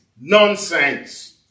Nonsense